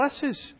blesses